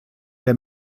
der